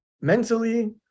mentally